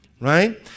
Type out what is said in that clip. Right